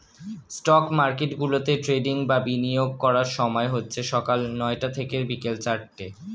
stock মার্কেটগুলোতে trading বা বিনিয়োগ করার সময় হচ্ছে সকাল নয়টা থেকে বিকেল চারটে